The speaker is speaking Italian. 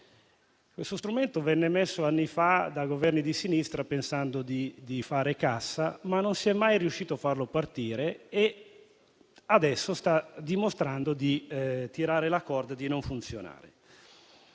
fu introdotto anni fa dai Governi di sinistra pensando di fare cassa, ma non si è mai riusciti a farlo partire e adesso sta dimostrando di tirare la corda, di non funzionare.